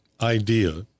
idea